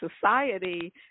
society